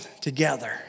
together